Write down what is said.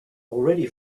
already